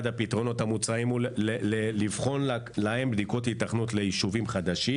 אחד הפתרונות המוצעים הוא לבחון עבורם היתכנות ליישובים חדשים.